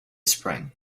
spring